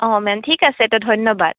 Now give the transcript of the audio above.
অঁ মেম ঠিক আছে ত' ধন্যবাদ